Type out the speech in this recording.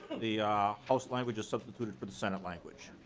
the house language is substituted for the senate language.